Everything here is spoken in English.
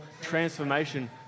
transformation